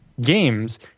games